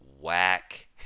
whack